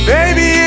Baby